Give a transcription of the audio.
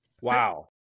Wow